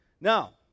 Now